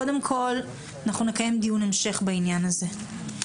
קודם כל אנחנו נקיים דיון המשך בעניין הזה.